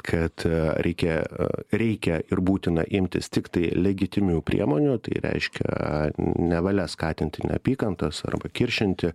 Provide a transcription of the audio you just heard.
kad reikia reikia ir būtina imtis tiktai legitimių priemonių tai reiškia nevalia skatinti neapykantos arba kiršinti